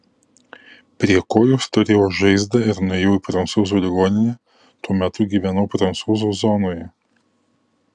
prie kojos turėjau žaizdą ir nuėjau į prancūzų ligoninę tuo metu gyvenau prancūzų zonoje